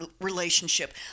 relationship